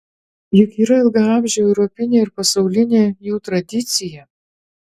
juk yra ilgaamžė europinė ir pasaulinė jų tradicija